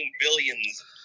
billions